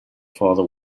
father